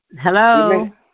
Hello